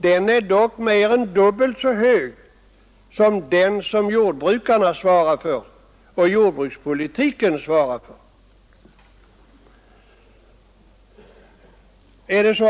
Den är dock mer än dubbelt så stor som den som jordbrukarna och jordbrukspolitiken svarar för.